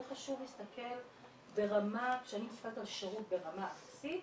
זה חשוב להסתכל ברמה כשאני מסתכלת על שירות ברמה ארצית